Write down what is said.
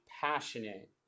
passionate